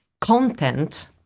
content